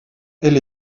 elle